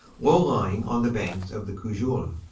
low-lying on the banks of the cojeul.